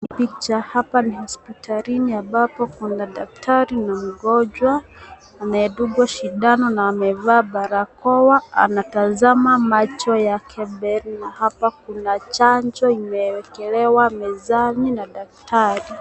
picha hapa ni hospitalini ambapo kuna daktari na mgonjwa anayedungwa sindano na amevaa barakoa. Anatazama macho yake mbele na hapa kuna chanjo imewekelewa mezani na daktari.